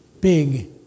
big